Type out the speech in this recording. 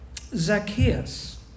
Zacchaeus